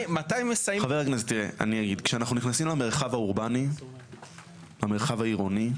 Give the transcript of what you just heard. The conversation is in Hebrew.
חבר הכנסת תראה אני אגיד כשאנחנו נכנסים למרחב האורבני המרחב העירוני,